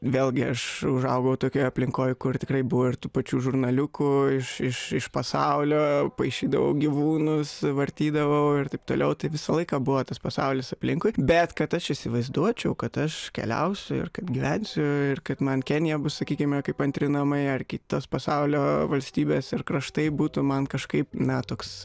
vėlgi aš užaugau tokioj aplinkoj kur tikrai buvo ir tų pačių žurnaliukų iš iš iš pasaulio paišydavau gyvūnus vartydavau ir taip toliau tai visą laiką buvo tas pasaulis aplinkui bet kad aš įsivaizduočiau kad aš keliausiu ir kad gyvensiu ir kad man kenija bus sakykime kaip antri namai ar kitos pasaulio valstybės ir kraštai būtų man kažkaip na toks